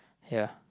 ya